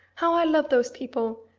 how i love those people!